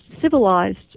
civilized